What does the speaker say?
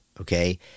Okay